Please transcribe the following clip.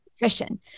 nutrition